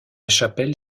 chapelle